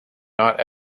not